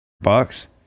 bucks